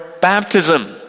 baptism